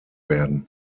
werden